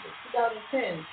2010